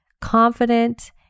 confident